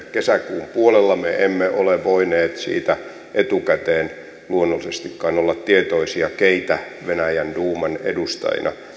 kesäkuun puolella me emme ole voineet siitä etukäteen luonnollisestikaan olla tietoisia keitä venäjän duuman edustajina